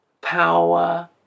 Power